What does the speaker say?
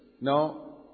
no